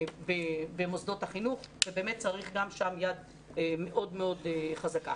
ממשיכה במוסדות החינוך ובאמת צריך גם שם יד מאוד מאוד חזקה.